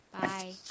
bye